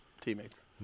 teammates